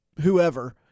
whoever